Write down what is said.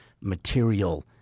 material